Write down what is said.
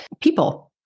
people